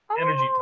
energy